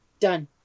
Done